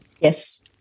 Yes